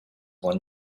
one